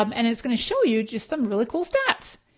um and it's gonna show you just some really cool stats.